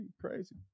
Crazy